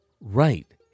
Right